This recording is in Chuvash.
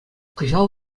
кӑҫал